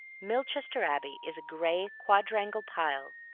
milchester abbey is a gray, quadrangular pile,